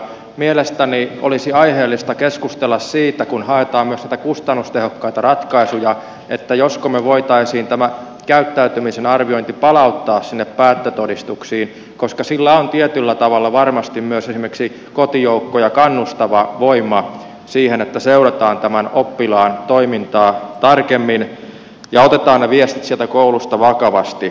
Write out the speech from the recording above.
mielestäni olisi aiheellista keskustella siitä kun haetaan myös näitä kustannustehokkaita ratkaisuja josko me voisimme tämän käyttäytymisen arvioinnin palauttaa sinne päättötodistuksiin koska sillä on tietyllä tavalla varmasti myös esimerkiksi kotijoukkoja kannustava voima siihen että seurataan tämän oppilaan toimintaa tarkemmin ja otetaan ne viestit sieltä koulusta vakavasti